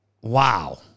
Wow